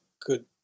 good